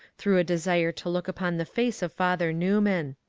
through a desire to look upon the face of father newman.